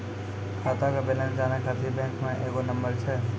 खाता के बैलेंस जानै ख़ातिर बैंक मे एगो नंबर छै?